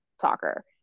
soccer